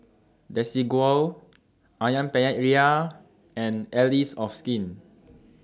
Desigual Ayam Penyet Ria and Allies of Skin